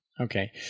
Okay